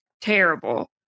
terrible